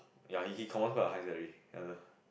ya he he commands quite a high salary ya the